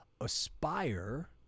aspire